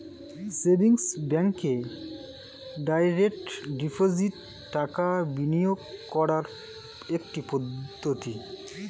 savings ব্যাঙ্কে direct deposit টাকা বিনিয়োগ করার একটি পদ্ধতি